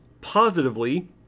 Positively